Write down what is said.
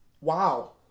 Wow